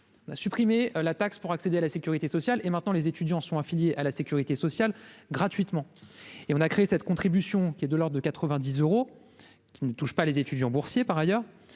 on a supprimé la taxe pour accéder à la sécurité sociale et maintenant les étudiants sont affiliés à la Sécurité sociale gratuitement et on a créé cette contribution, qui est de l'Ordre de quatre-vingt-dix euros qui ne touche pas les étudiants boursiers, par ailleurs,